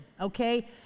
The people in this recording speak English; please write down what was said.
okay